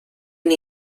and